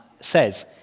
says